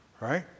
Right